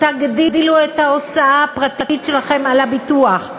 תגדילו את ההוצאה הפרטית שלכם על הביטוח,